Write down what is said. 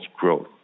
growth